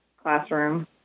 classroom